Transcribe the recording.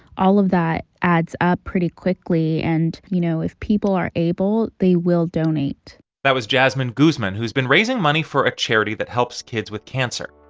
all of that adds up pretty quickly. and you know, if people are able, they will donate that was jasmine guzman, who's been raising money for a charity that helps kids with cancer